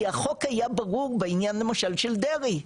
כי החוק היה ברור בעניין למשל של דרעי,